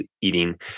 eating